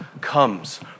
comes